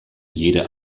jede